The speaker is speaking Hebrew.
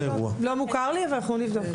לא מוכר לי, אבל אני אבדוק.